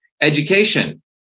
Education